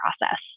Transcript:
process